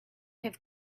have